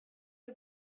you